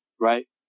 right